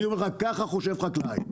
ככה חושב חקלאי.